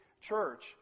Church